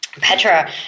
Petra